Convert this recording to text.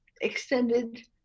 extended